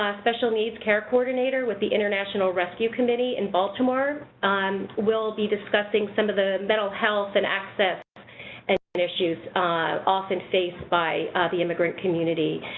ah special needs care coordinator, with the international rescue committee in baltimore will be discussing some of the mental health and access and issues often faced by the immigrant community.